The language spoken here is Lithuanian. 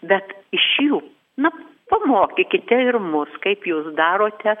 bet iš jų na pamokykite ir mus kaip jūs darote